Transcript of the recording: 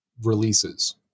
releases